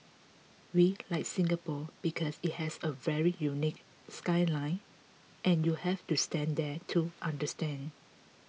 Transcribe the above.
we like Singapore because it has a very unique skyline and you have to stand there to understand